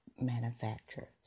manufacturers